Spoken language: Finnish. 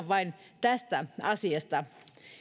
vain tästä asiasta